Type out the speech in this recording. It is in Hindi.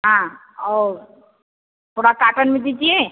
हाँ और थोड़ा काटन में दीजिए